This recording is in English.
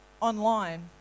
online